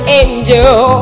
angel